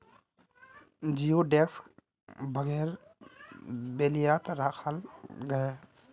जिओडेक्स वगैरह बेल्वियात राखाल गहिये